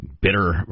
Bitter